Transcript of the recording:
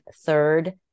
third